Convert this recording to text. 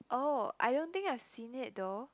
oh I don't think I've seen it though